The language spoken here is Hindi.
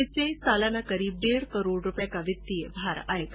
इससे सालाना करीब डेढ़ करोड़ रुपए का वित्तीय भार आएगा